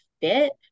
fit